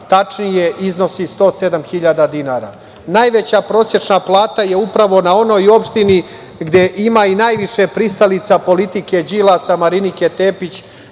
Vračar, iznosi 107.000 dinara. Najveća prosečna plata je upravo na onoj opštini gde ima i najviše pristalica politike Đilasa, Marinike Tepić